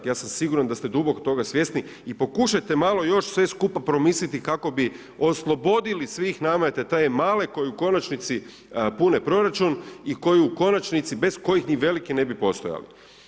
Ja sam siguran da ste duboko toga svjesni i pokušajte malo još sve skupa promisliti kako bi oslobodili svih nameta te male koji u konačnici pune proračun i koji u konačnici, bez kojih ni veliki ne bi postojali.